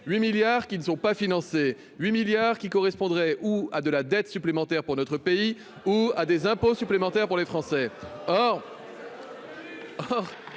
8 milliards qui ne sont pas financés 8 milliards qui correspondrait ou à de la dette supplémentaire pour notre pays, ou à des impôts supplémentaires pour les Français. Or.